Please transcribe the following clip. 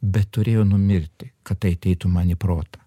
bet turėjo numirti kad ateitų man į protą